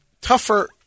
tougher—